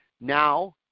now